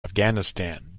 afghanistan